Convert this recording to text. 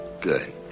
Good